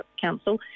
Council